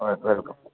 ஆ